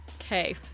Okay